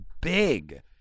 big